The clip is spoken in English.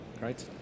Right